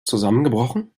zusammengebrochen